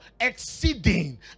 exceeding